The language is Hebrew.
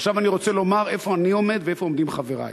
ועכשיו אני רוצה לומר איפה אני עומד ואיפה עומדים חברי,